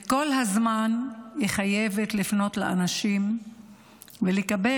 וכל הזמן היא חייבת לפנות לאנשים ולקבל